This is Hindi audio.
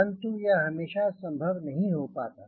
परंतु यह हमेशा संभव नहीं हो पाता